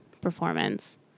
performance